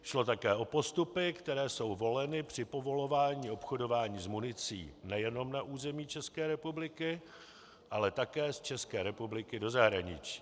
Šlo také o postupy, které jsou voleny při povolování obchodování s municí nejenom na území České republiky, ale také z České republiky do zahraničí.